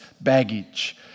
baggage